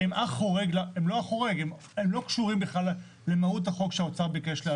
הם לא קשורים בכלל למהות החוק שהאוצר ביקש להביא.